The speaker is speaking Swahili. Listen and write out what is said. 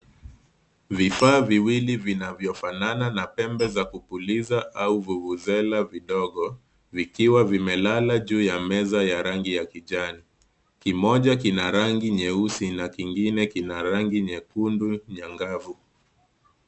Vifaa viwili vinavyofanana na pembe za kupuliza au vuvuzela vidogo, vikiwa vimelala juu ya meza ya rangi ya kijani. Kimoja kina rangi nyeusi na kingine kina rangi nyekundu nyangavu.